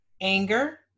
anger